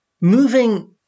moving